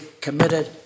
committed